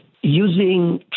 using